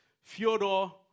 Fyodor